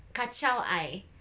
kacau I